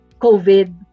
covid